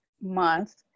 month